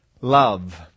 love